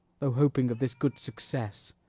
though hoping of this good success,